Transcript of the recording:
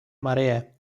marie